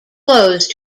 close